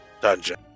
dungeon